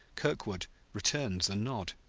kirkwood returned the nod.